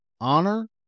honor